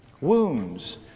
wounds